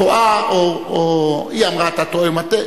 את טועה, או, היא אמרה: אתה טועה ומטעה.